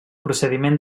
procediment